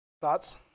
Thoughts